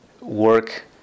work